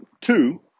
two